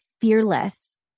fearless